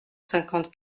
cinquante